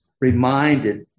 reminded